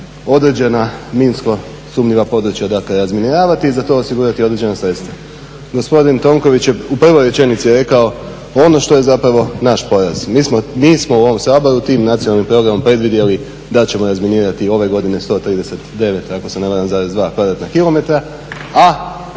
određena minsko sumnjiva područja dakle razminiravati i za to osigurati određena sredstva. Gospodin Tonković je u prvom rečenici rekao ono što je zapravo naš …/Govornik se ne razumije./…. Mi smo u ovom Saboru tim Nacionalnim programom predvidjeli da ćemo razminirati i ove godine 139 ako se ne varam zarez 2 kvadratna km.